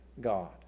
God